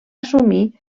assumir